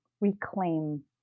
reclaim